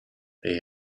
they